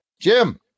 Jim